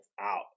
out